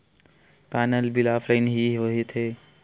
का नल bill offline हि होथे?